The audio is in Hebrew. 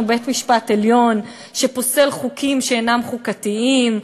בית-משפט עליון שפוסל חוקים שאינם חוקתיים,